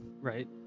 right